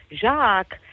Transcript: Jacques